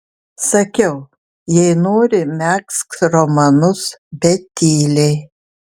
sakiau jei nori megzk romanus bet tyliai